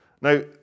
Now